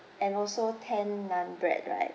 and also ten naan bread right